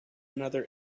another